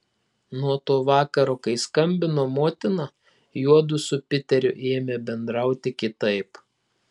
nuo to vakaro kai skambino motina juodu su piteriu ėmė bendrauti kitaip